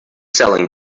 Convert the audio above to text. selling